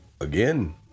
again